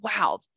wow